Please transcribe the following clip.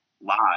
live